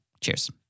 Cheers